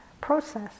process